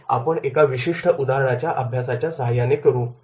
हे आपण एका विशिष्ट उदाहरणाच्या अभ्यासाच्या सहाय्याने करू